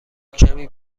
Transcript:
کمی